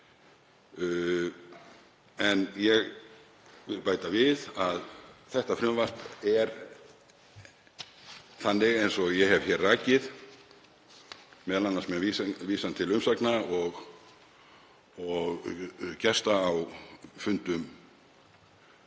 En ég vil bæta við að þetta frumvarp er þannig, eins og ég hef rakið, m.a. með vísan til umsagna og gesta á fundum